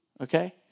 okay